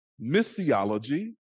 Missiology